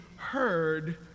heard